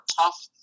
tough